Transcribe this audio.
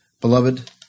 Beloved